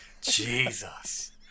Jesus